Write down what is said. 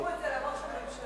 תסבירו את זה לראש הממשלה.